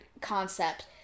concept